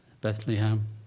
Bethlehem